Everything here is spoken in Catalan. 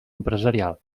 empresarial